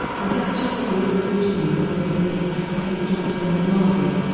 the duchess of york originally wanted to name her second daughter ann margaret,